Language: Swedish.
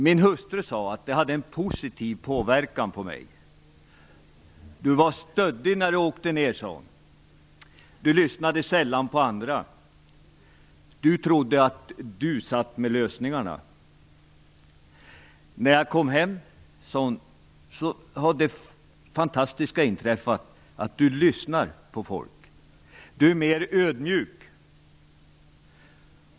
Min hustru säger att det hade en positiv påverkan på mig. Hon säger att jag var stöddig när jag åkte ned, och att jag sällan lyssnade till andra. Jag trodde att jag satt inne med lösningarna, menar hon. Men när jag kom hem hade det fantastiska inträffat att jag lyssnade på folk. Min hustru säger att jag hade blivit mer ödmjuk.